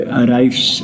arrives